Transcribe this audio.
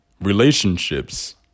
relationships